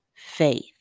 faith